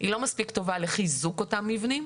היא לא מספיק טובה לחיזוק אותם מבנים.